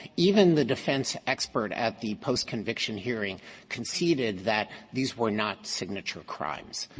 even the defense expert at the postconviction hearing conceded that these were not signature crimes.